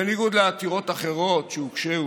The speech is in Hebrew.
בניגוד לעתירות אחרות שהוגשו